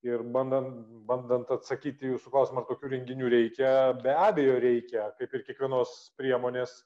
ir bandant bandant atsakyt į jūsų klausimą ar tokių renginių reikia be abejo reikia kaip ir kiekvienos priemonės